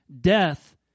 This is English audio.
death